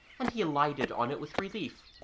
and he alighted on it with relief,